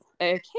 Okay